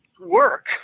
work